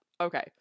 Okay